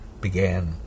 began